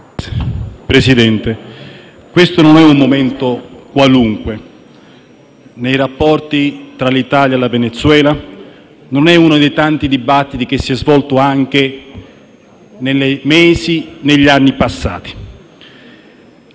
Presidente, questo non è un momento qualunque nei rapporti tra l'Italia e il Venezuela e non è uno dei tanti dibattiti che si sono svolti nei mesi e negli anni passati.